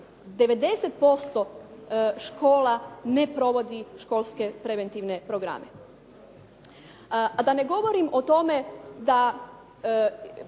90% škola ne provodi školske preventivne programe. A da ne govorim o tome da